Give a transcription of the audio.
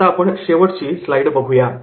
आता पण शेवटची स्लाईड बघूया